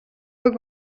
were